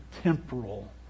temporal